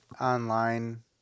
online